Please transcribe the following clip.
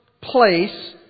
place